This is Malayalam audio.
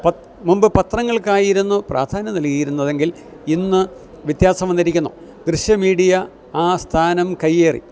പ മുൻപ് പത്രങ്ങൾക്കായിരുന്നു പ്രാധാന്യം നൽകയിരുന്നത് എങ്കിൽ ഇന്ന് വ്യത്യാസം വന്നിരിക്കുന്നു ദൃശ്യ മീഡിയ ആ സ്ഥാനം കൈയ്യേറി